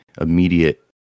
immediate